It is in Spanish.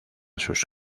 sus